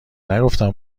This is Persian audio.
نگفتم